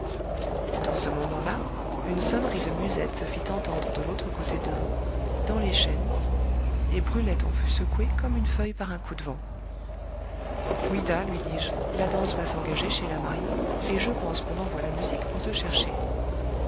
dans ce moment-là une sonnerie de musette se fit entendre de l'autre côté de l'eau dans les chênes et brulette en fut secouée comme une feuille par un coup de vent oui dà lui dis-je la danse va s'engager chez la mariée et je pense qu'on envoie la musique pour te chercher